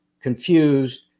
confused